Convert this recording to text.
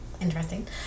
interesting